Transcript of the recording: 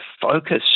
focus